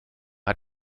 hat